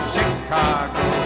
Chicago